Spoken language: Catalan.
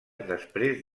després